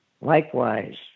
Likewise